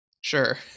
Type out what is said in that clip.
Sure